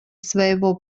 своего